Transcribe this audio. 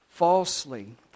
Falsely